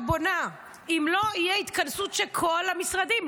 בונה: אם לא תהיה התכנסות של כל המשרדים,